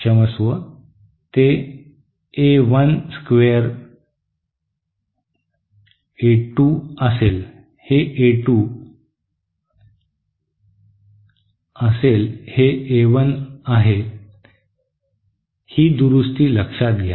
क्षमस्व ते A 1 square A 2 असेल हे A 2 असेल हे A 1 आहे ही दुरुस्ती लक्षात घ्या